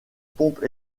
pompes